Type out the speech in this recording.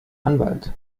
anwalt